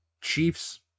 Chiefs